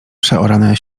przeorane